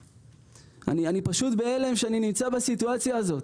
אני פשוט בהלם שאני נמצא בסיטואציה הזאת,